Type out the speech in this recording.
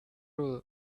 rule